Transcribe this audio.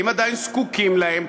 אם עדיין זקוקים להם,